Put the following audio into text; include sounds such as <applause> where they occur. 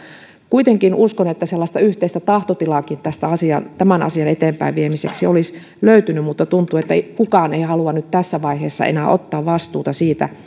kuitenkin uskon että sellaista yhteistä tahtotilaakin tämän asian eteenpäinviemiseksi olisi löytynyt mutta tuntuu että kukaan ei halua nyt tässä vaiheessa enää ottaa vastuuta siitä <unintelligible>